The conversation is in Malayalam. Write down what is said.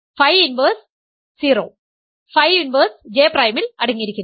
phi inverse 0 phi inverse J പ്രൈമിൽ അടങ്ങിയിരിക്കുന്നു